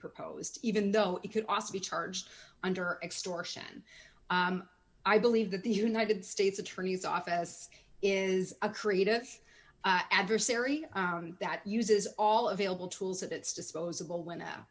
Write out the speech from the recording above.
proposed even though it could also be charged under extortion i believe that the united states attorney's office is a creative adversary that uses all available tools at its disposal when